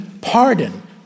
pardon